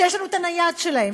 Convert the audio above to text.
שיש לנו את הנייד שלהם,